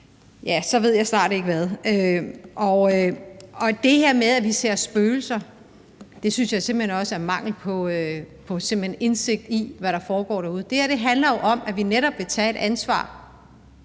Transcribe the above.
ja, så ved jeg snart ikke hvad. Det her med, at vi ser spøgelser, synes jeg simpelt hen også er mangel på indsigt i, hvad der foregår derude. Det her handler jo om, at vi netop vil tage et ansvar,